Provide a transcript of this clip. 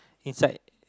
inside